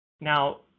Now